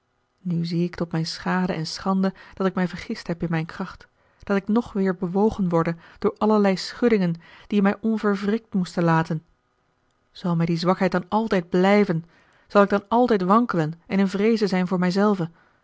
nu zie ik tot mijne schade en schande dat ik mij vergist heb in mijne kracht dat ik nog weêr bewogen worde door allerlei schuddingen die mij onverwrikt moesten laten zal mij die zwakheid dan altijd blijven zal ik dan altijd wankelen en in vreeze zijn voor